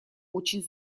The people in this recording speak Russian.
очень